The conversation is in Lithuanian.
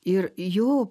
ir jo